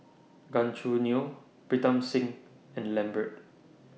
Gan Choo Neo Pritam Singh and Lambert